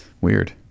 Weird